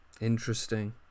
Interesting